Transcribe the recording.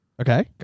Okay